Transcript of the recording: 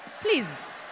Please